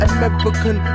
American